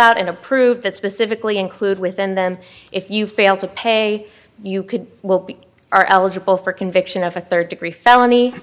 out and approved that specifically include within them if you fail to pay you could well be are eligible for conviction of a third degree felony